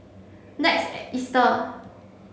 next Easter